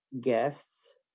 guests